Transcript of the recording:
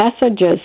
messages